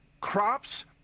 crops